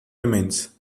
remains